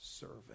serving